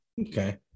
Okay